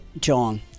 john